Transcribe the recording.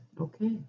Okay